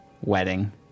wedding